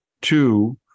Two